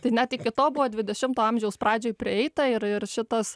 tai net iki to buvo dvidešimto amžiaus pradžioj prieita ir ir šitas